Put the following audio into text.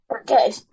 Okay